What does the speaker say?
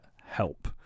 Help